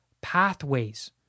pathways